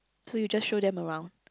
so you just show them around